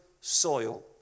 soil